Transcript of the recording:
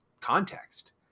context